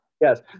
Yes